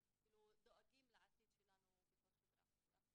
דואגים לעתיד שלנו בתור חברה.